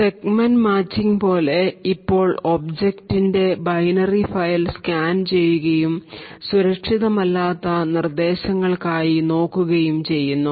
segment matching പോലെ ഇപ്പോൾ ഒബ്ജക്റ്റിന്റെ ബൈനറി ഫയൽ സ്കാൻ ചെയ്യുകയും സുരക്ഷിതമല്ലാത്ത നിർദ്ദേശങ്ങൾക്കായി നോക്കുകയും ചെയ്യുന്നു